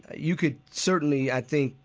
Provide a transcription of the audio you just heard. you could certainly, i think,